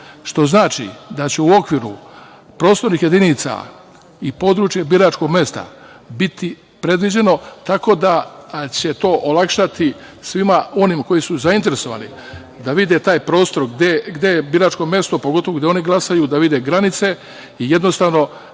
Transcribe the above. što znači da će u okviru prostornih jedinica i područje biračkog mesta biti predviđeno, tako da će to olakšati svima onima koji su zainteresovani da vide taj prostor gde je biračko mesto, pogotovo gde oni glasaju, da vide granice i, jednostavno,